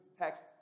text